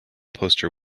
poster